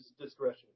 discretion